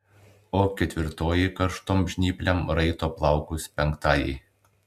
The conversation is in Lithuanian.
o ketvirtoji karštom žnyplėm raito plaukus penktajai